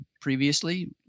previously